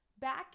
back